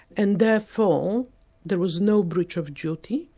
and therefore there was no breach of duty,